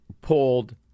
pulled